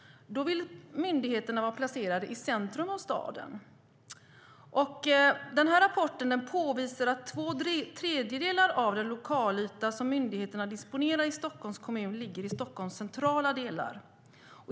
Då vill myndigheterna vara placerade i centrum av staden. Rapporten påvisar att två tredjedelar av den lokalyta som myndigheterna disponerar i Stockholms kommun ligger i Stockholms centrala delar.